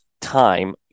time